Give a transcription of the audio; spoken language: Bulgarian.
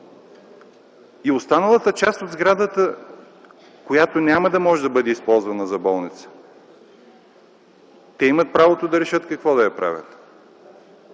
Останалата част от сградата, която няма да може да бъде използвана за болница, те имат правото да решат какво да я правят.